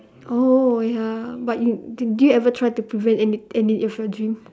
oh ya but you you did you ever try to prevent any any of your dream